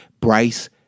Bryce